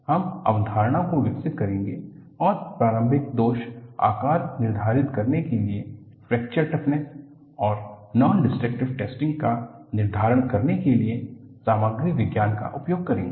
हम अवधारणा को विकसित करेंगे और प्रारंभिक दोष आकार निर्धारित करने के लिए फ्रैक्चर टफनेस और नॉन डिस्ट्रक्टिव टैस्टिंग का निर्धारण करने के लिए सामग्री विज्ञान का उपयोग करेंगे